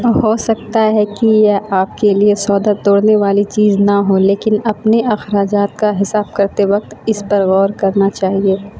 ہو سکتا ہے کہ یہ آپ کے لیے سودا توڑنے والی چیز نہ ہو لیکن اپنے اخراجات کا حساب کرتے وقت اس پر غور کرنا چاہیے